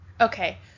Okay